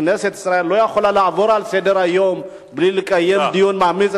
כנסת ישראל לא יכולה לעבור לסדר-היום בלי לקיים דיון מעמיק.